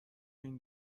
این